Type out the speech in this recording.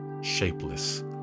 shapeless